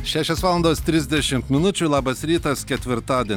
šešios valandos trisdešim minučių labas rytas ketvirtadien